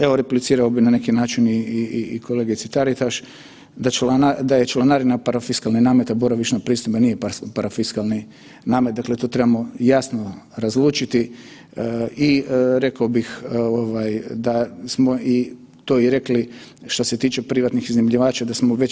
Evo, replicirao bi na neki način i kolegici Taritaš, da je članarina parafiskalni namet, a boravišna pristojba nije parafiskalni namet, dakle to trebamo jasno razlučiti i rekao bih da smo i to i rekli, što se tiče privatnih iznajmljivača da smo već